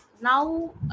now